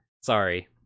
Sorry